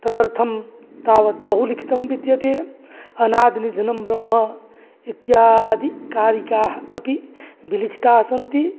तदर्थं तावत् बहुलिखितं विद्यते अनादिनिधनं ब्रह्म इत्यादि कारिकाः अपि विलिखिताः सन्ति